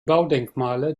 baudenkmale